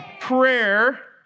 Prayer